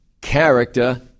character